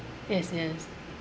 yes yes